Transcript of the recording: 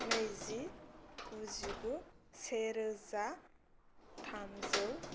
नैजि गुजिगु सेरोजा थामजौ